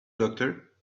doctor